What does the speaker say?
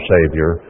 Savior